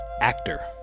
actor